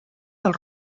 del